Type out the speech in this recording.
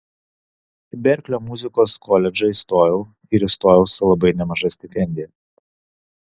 į berklio muzikos koledžą įstojau ir įstojau su labai nemaža stipendija